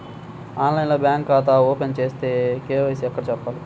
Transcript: ఆన్లైన్లో బ్యాంకు ఖాతా ఓపెన్ చేస్తే, కే.వై.సి ఎక్కడ చెప్పాలి?